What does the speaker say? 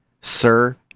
Sir